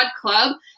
club